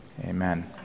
Amen